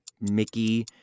Mickey